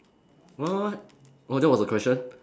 what what what oh that was the question